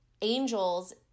angels